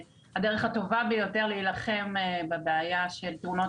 הדרך הטובה ביותר להילחם בבעיה של תאונות